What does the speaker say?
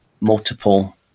multiple